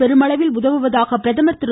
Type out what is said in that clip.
பெருமளவில் உதவுவதாக பிரதமர் திரு